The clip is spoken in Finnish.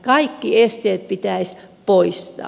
kaikki esteet pitäisi poistaa